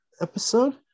episode